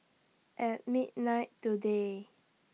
At midnight today